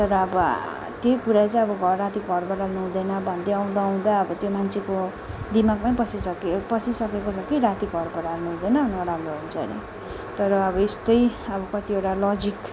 तर अब त्यही कुरा चाहिँ अब घर राति घर बढाल्नु हुँदैन भन्दै आउँदा आउँदा अब त्यो मान्छेको दिमागमै पसिसक्यो पसिसकेको छ कि राति घर बडाल्नु हुँदैन नराम्रो हुन्छ अरे तर अब एस्तै अब कतिवटा लजिक